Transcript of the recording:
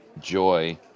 joy